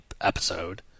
episode